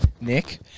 Nick